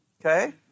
Okay